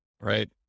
right